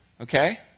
okay